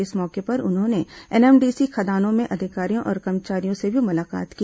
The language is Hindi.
इस मौके पर उन्होंने एनएमडीसी खदानों में अधिकारी और कर्मचारियों से भी मुलाकात की